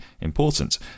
important